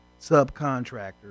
subcontractors